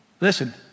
Listen